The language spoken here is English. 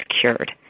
cured